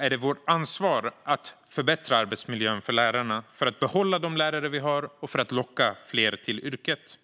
är det vårt ansvar att förbättra arbetsmiljön för lärarna för att behålla de lärare vi har och för att locka fler till yrket.